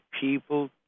people